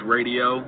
Radio